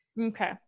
okay